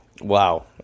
Wow